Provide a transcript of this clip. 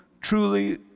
truly